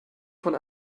von